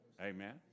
Amen